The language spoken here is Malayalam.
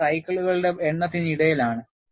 ഇത് സൈക്കിളുകളുടെ എണ്ണത്തിന് ഇടയിലാണ്